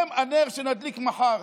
זה הנר שנדליק מחר,